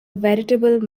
veritable